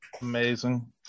Amazing